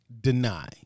deny